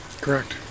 Correct